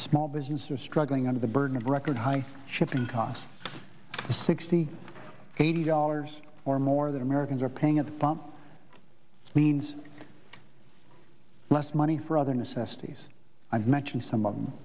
small business are struggling under the burden of record high shipping costs the sixty eighty dollars or more that americans are paying at the pump means less money for other necessities i've mentioned some of them